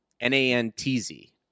N-A-N-T-Z